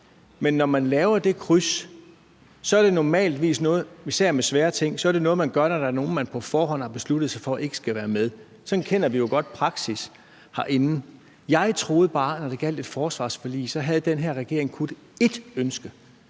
Men når man laver det kryds, er det normalt noget, hvor man har besluttet sig for, at der er nogle, der ikke skal være med. Sådan kender vi jo godt praksis herinde. Jeg troede bare, at når det gjaldt et forsvarsforlig, havde den her regering kun ét ønske,